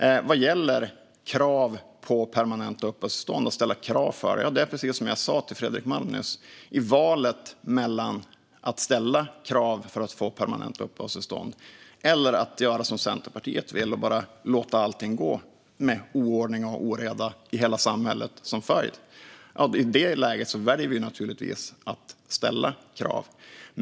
Vad gäller att ställa krav för att bevilja permanenta uppehållstillstånd blir mitt svar detsamma som jag gav Fredrik Malm nyss. I valet mellan att ställa krav för att man ska få permanenta uppehållstillstånd eller att göra som Centerpartiet vill och bara låta allting gå - med oordning och oreda i hela samhället som följd - väljer vi naturligtvis att ställa krav.